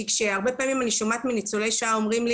הרבה פעמים אני שומעת מניצולי שואה שאומרים לי